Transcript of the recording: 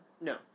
No